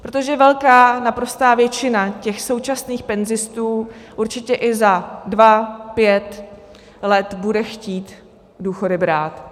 Protože velká, naprostá většina současných penzistů určitě i za dva, pět let bude chtít důchody brát.